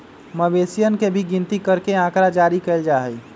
मवेशियन के भी गिनती करके आँकड़ा जारी कइल जा हई